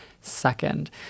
second